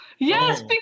Yes